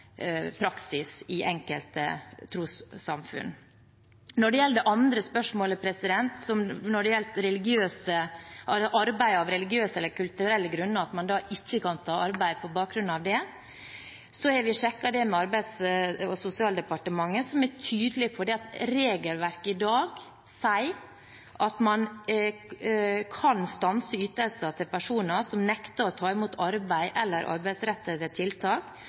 praksis i enkelte trossamfunn. Når det gjelder det andre spørsmålet, at man ikke kan ta arbeid av religiøse eller kulturelle grunner, har vi sjekket det med Arbeids- og sosialdepartementet, som er tydelig på at regelverket i dag sier at man kan stanse ytelser til personer som nekter å ta imot arbeid eller arbeidsrettede tiltak